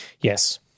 yes